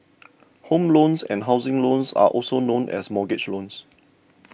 home loans and housing loans are also known as mortgage loans